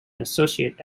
associate